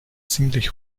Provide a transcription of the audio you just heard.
ziemlich